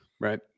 right